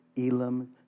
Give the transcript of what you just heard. Elam